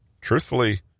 truthfully